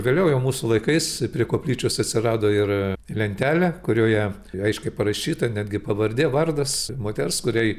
vėliau jau mūsų laikais prie koplyčios atsirado ir lentele kurioje tai reiškia parašyta netgi pavardė vardas moters kuriai